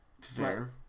Fair